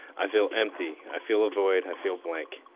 i feel empty, i feel a void, i feel blank.